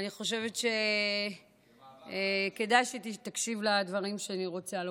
אני חושבת שכדאי שתקשיב לדברים שאני רוצה לומר,